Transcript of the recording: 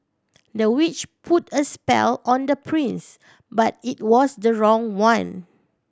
the witch put a spell on the prince but it was the wrong one